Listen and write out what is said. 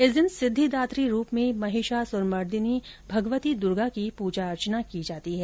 इस दिन सिद्धिदात्री रूप में महिषासुरमर्दिनी भगवती दुर्गा की पूजा अर्चना की जाती है